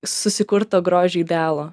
susikurto grožio idealo